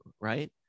right